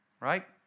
Right